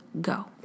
go